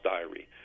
Diary